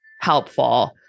helpful